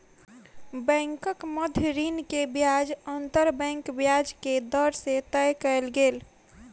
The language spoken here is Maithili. बैंकक मध्य ऋण के ब्याज अंतर बैंक ब्याज के दर से तय कयल गेल